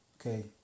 Okay